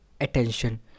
attention